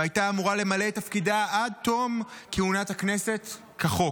והייתה אמורה למלא את תפקידה עד תום כהונת --- הכנסת כחוק.